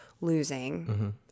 losing